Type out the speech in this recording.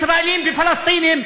ישראלים ופלסטינים,